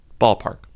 Ballpark